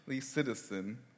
citizen